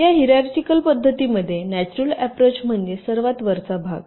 या हिराचीकल पध्दतीमध्ये natural approach म्हणजे सर्वात वरचा भाग